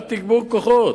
והיה תגבור כוחות,